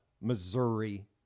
Missouri